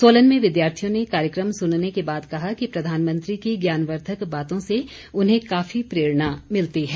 सोलन में विद्यार्थियों ने कार्यक्रम सुनने के बाद कहा कि प्रधानमंत्री की ज्ञानवर्द्वक बातों से उन्हें काफी प्रेरणा मिलती है